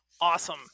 Awesome